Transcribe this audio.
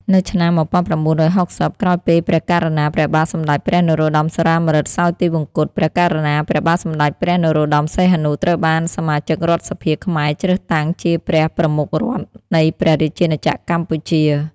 នៅឆ្នាំ១៩៦០ ក្រោយពេលព្រះករុណា ព្រះបាទសម្ដេចព្រះនរោត្តម សុរាម្រិត សោយទិវង្គត ព្រះករុណា ព្រះបាទសម្ដេចព្រះនរោត្តម សីហនុ ត្រូវបានសមាជិករដ្ឋសភាខ្មែរជ្រើសតាំងជាព្រះប្រមុខរដ្ឋនៃព្រះរាជាណាចក្រកម្ពុជា។